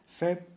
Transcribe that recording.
Feb